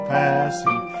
passing